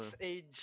Age